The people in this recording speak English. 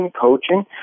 coaching